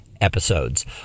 episodes